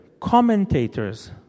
commentators